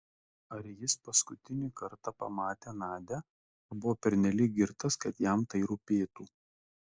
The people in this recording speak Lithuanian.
ar jis paskutinį kartą pamatė nadią ar buvo pernelyg girtas kad jam tai rūpėtų